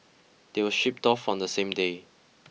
they were shipped off on the same day